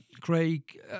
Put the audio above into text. Craig